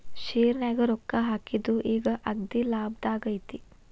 ಶೆರ್ನ್ಯಾಗ ರೊಕ್ಕಾ ಹಾಕಿದ್ದು ಈಗ್ ಅಗ್ದೇಲಾಭದಾಗೈತಿ